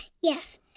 Yes